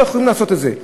לא יכולים לעשות את זה.